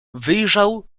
wyjrzał